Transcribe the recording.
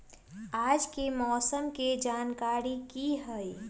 आज के मौसम के जानकारी कि हई?